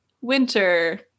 winter